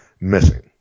missing